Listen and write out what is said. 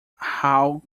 how